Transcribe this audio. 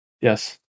Yes